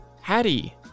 Hattie